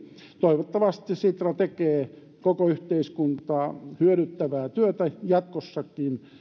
toivottavasti sitra tekee koko yhteiskuntaa hyödyttävää työtä jatkossakin